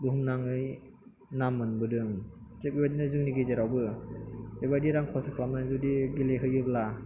बुहुमनाङै नाम मोनबोदों थिग बेबायदिनो जोंनि गेजेरावबो बेबायदि रां खरसा खालामनानै जुदि गेले होयोब्ला